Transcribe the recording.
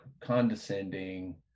condescending